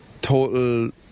total